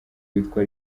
witwa